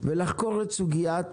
ולחקור את סוגיית